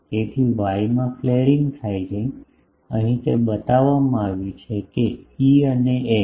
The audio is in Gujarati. તેથી વાય માં ફ્લેરિંગ થાય છે અહીં તે બતાવવામાં આવ્યું છે કે E અને H